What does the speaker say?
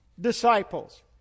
disciples